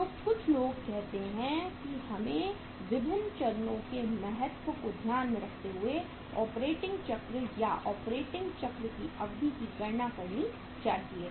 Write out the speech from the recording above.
तो कुछ लोग कहते हैं कि हमें विभिन्न चरणों के महत्व को ध्यान में रखते हुए ऑपरेटिंग चक्र या ऑपरेटिंग चक्र की अवधि की गणना करनी चाहिए